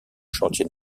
chantier